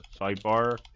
sidebar